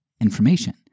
information